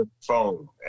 phone